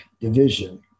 division